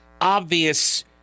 obvious